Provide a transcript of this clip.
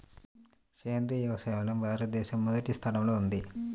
సేంద్రీయ వ్యవసాయంలో భారతదేశం మొదటి స్థానంలో ఉంది